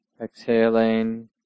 Exhaling